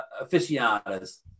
aficionados